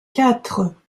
quatre